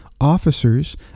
officers